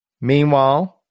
Meanwhile